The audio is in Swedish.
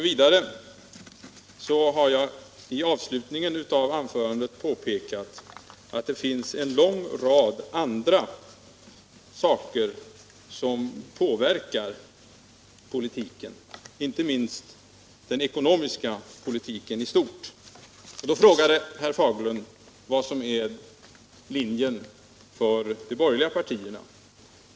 Vidare påpekade jag i avslutningen av anförandet att det finns en lång rad andra saker som påverkar politiken — inte minst den ekonomiska politiken i stort. Då frågade herr Fagerlund vad som är linjen för de borgerliga partierna.